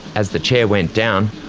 as the chair went down,